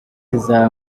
iza